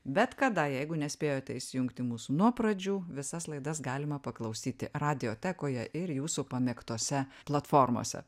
bet kada jeigu nespėjote įsijungti mūsų nuo pradžių visas laidas galima paklausyti radiotekoje ir jūsų pamėgtose platformose